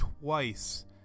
twice